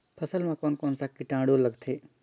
फसल मा कोन कोन सा कीटाणु लगथे?